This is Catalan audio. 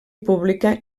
pública